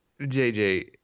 JJ